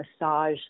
massage